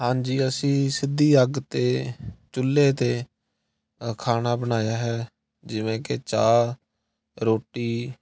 ਹਾਂਜੀ ਅਸੀਂ ਸਿੱਧੀ ਅੱਗ 'ਤੇ ਚੁੱਲ੍ਹੇ 'ਤੇ ਖਾਣਾ ਬਣਾਇਆ ਹੈ ਜਿਵੇਂ ਕਿ ਚਾਹ ਰੋਟੀ